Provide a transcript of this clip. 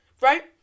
right